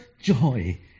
joy